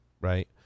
Right